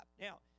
Now